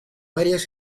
varias